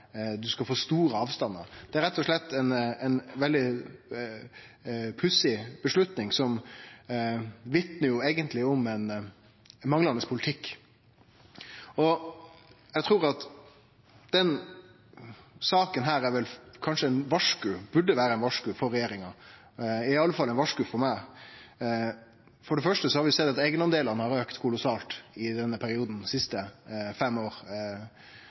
få store avstandar. Det er rett og slett ei veldig pussig avgjerd som eigentleg vitnar om manglande politikk. Eg trur denne saka burde vere eit varsku for regjeringa. Det er i alle fall eit varsku for meg. For det første har vi sett at eigendelane har auka kolossalt i den siste